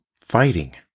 fighting